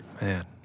Man